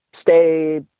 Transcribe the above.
stay